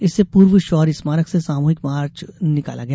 इससे पूर्व शौर्य स्मारक से सामूहिक मार्च निकाला गया